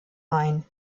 ein